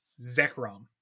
Zekrom